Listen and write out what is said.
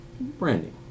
Branding